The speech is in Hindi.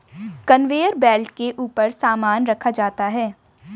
कनवेयर बेल्ट के ऊपर सामान रखा जाता है